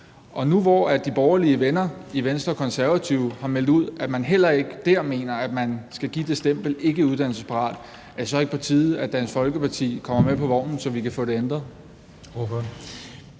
Nu, hvor de borgerlige venner i Venstre og Konservative har meldt ud, at de heller ikke mener, at man skal give det stempel »ikke uddannelsesparat«, er det så ikke på tide, at Dansk Folkeparti kommer med på vognen, så vi kan få det ændret?